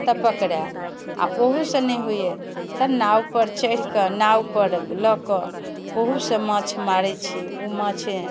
तब पकड़ाएल आओर ओहूसँ नहि होइए तऽ नावपर चढ़िकऽ नावपर लऽ कऽ ओहूसँ माछ मारै छी ओ माछ